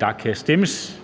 der kan stemmes.